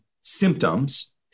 symptoms